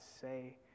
say